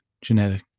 genetic